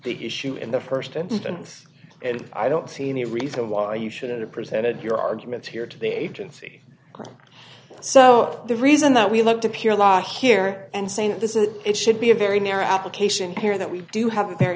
the issue in the st instance and i don't see any reason why you shouldn't have presented your arguments here to the agency so the reason that we look to pure law here and say that this is it should be a very narrow application here that we do have a very